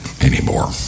anymore